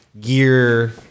gear